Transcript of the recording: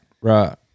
right